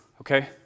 okay